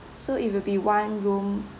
so it will be one room